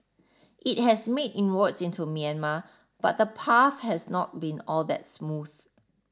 it has made inroads into Myanmar but the path has not been all that smooth